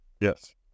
yes